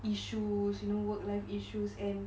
issues you know work life issues and